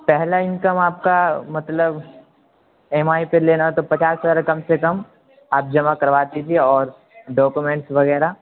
پہلا انکم آپ کا مطلب ایم آئی پہ لینا ہے تو پچاس ہزار کم سے کم آپ جمع کروا دیجیے اور ڈاکومینٹس وغیرہ